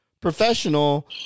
professional